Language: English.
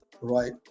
right